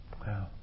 Wow